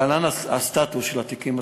להלן הסטטוס של התיקים: